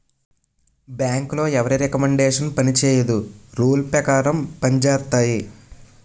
బ్యాంకులో ఎవరి రికమండేషన్ పనిచేయదు రూల్ పేకారం పంజేత్తాయి